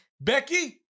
Becky